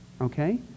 okay